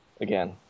again